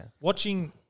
Watching